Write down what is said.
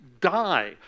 die